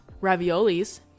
raviolis